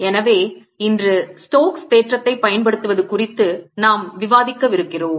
எனவே இன்று ஸ்டோக்ஸ் தேற்றத்தைப் பயன்படுத்துவது குறித்து நாம் விவாதிக்க விருக்கிறோம்